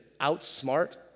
outsmart